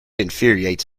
infuriates